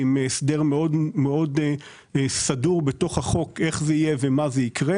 עם הסדר סדור מאוד בתוך החוק איך זה יהיה ומה יקרה.